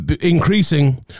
increasing